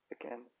Again